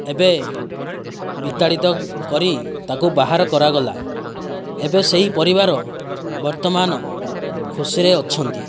ଏବେ ବିତାଡ଼ିତ କରି ତାକୁ ବାହାର କରାଗଲା ଏବେ ସେହି ପରିବାର ବର୍ତ୍ତମାନ ଖୁସିରେ ଅଛନ୍ତି